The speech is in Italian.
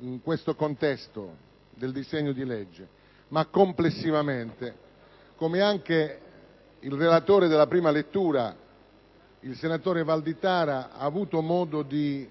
in questo contesto del disegno di legge, ma complessivamente, come anche il relatore della prima lettura, senatore Valditara, ha avuto modo di